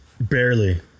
Barely